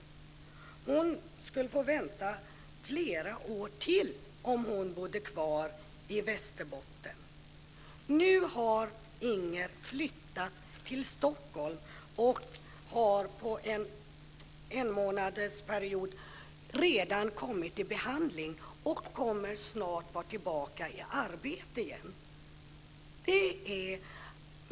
Hon skulle få vänta på behandling i flera år till om hon bodde kvar i Västerbotten. Nu har Inger flyttat till Stockholm, och hon har efter en månad redan kommit i behandling. Hon kommer snart att vara tillbaka i arbete igen.